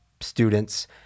students